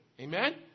Amen